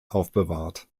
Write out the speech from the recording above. aufbewahrt